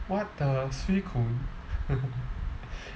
what the swee koon